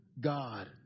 God